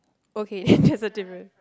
okay then that's a different